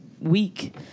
week